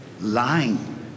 lying